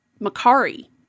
Makari